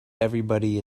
everybody